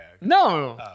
No